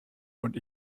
und